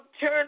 turn